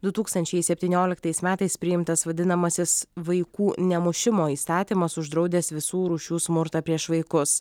du tūkstančiai septynioliktais metais priimtas vadinamasis vaikų nemušimo įstatymas uždraudęs visų rūšių smurtą prieš vaikus